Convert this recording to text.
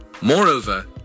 Moreover